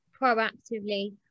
proactively